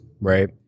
right